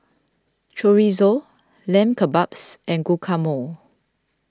Chorizo Lamb Kebabs and Guacamole